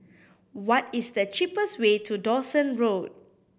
what is the cheapest way to Dawson Road